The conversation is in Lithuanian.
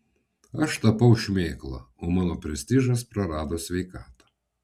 aš tapau šmėkla o mano prestižas prarado sveikatą